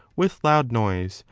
with loud noise,